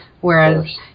Whereas